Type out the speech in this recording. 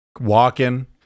Walking